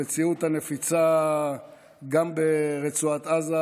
המציאות הנפיצה גם ברצועת עזה,